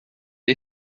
les